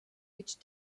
which